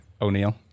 O'Neill